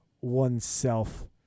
oneself